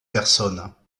personnes